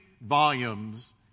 volumes